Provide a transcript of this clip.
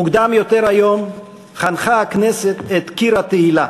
מוקדם יותר היום חנכה הכנסת את קיר התהילה